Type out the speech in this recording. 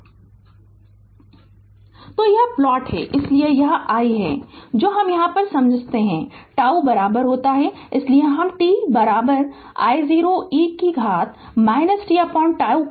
Refer Slide Time 1116 तो यह plot है इसलिए यह I है जो हम यहाँ समझाते है τ इसलिए हम t I0 e घात t τ को